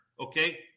okay